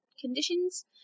conditions